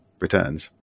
returns